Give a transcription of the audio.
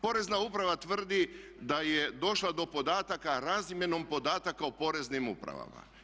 Porezna uprava tvrdi da je došla do podataka razmjenom podataka u poreznim upravama.